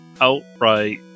outright